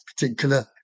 particular